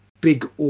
Big